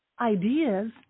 ideas